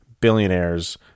billionaires